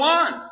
one